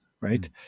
right